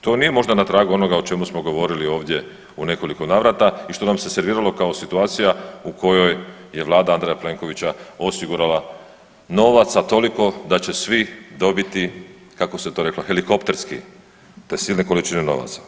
To nije možda na tragu onoga o čemu smo govorili ovdje u nekoliko navrata i što nam se serviralo kao situacija u kojoj je vlada Andreja Plenkovića osigurala novac, a toliko da će svi dobiti, kako ste to rekla helikopterski, te silne količine novaca.